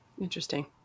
Interesting